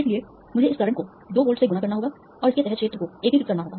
इसलिए मुझे इस करंट को 2 वोल्ट से गुणा करना होगा और इसके तहत क्षेत्र को एकीकृत करना होगा